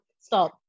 Stop